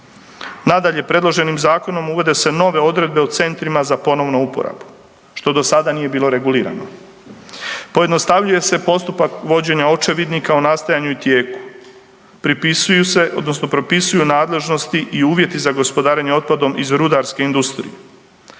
Nadalje, predloženim zakonom uvode se nove odredbe u centrima za ponovnu uporabu, što do sada nije bilo regulirano. Pojednostavljuje se postupak vođenja Očevidnika o nastajanju i tijeku, pripisuju se odnosno propisuju nadležnosti i uvjeti za gospodarenje otpadom iz rudarske industrije.